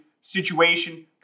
situation